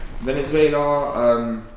Venezuela